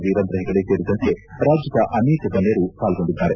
ವೀರೇಂದ್ರ ಹೆಗಡೆ ಸೇರಿದಂತೆ ರಾಜ್ಯದ ಅನೇಕ ಗಣ್ಯರು ಪಾಲ್ಗೊಂಡಿದ್ದಾರೆ